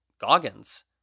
Goggins